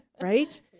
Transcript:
Right